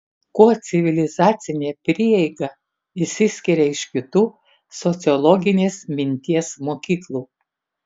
kuo civilizacinė prieiga išsiskiria iš kitų sociologinės minties mokyklų